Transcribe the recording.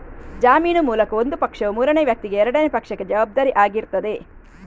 ಜಾಮೀನು ಮೂಲಕ ಒಂದು ಪಕ್ಷವು ಮೂರನೇ ವ್ಯಕ್ತಿಗೆ ಎರಡನೇ ಪಕ್ಷಕ್ಕೆ ಜವಾಬ್ದಾರಿ ಆಗಿರ್ತದೆ